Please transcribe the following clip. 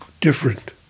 different